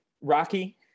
Rocky